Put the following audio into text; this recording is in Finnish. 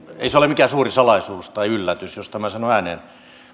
ei se ole mikään suuri salaisuus tai yllätys jos tämän sanoo ääneen